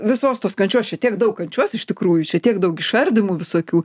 visos tos kančios šitiek daug kančios iš tikrųjų šitiek daug išardymų visokių